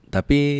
Tapi